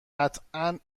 قطعا